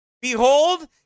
Behold